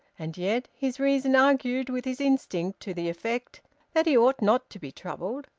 and yet his reason argued with his instinct to the effect that he ought not to be troubled.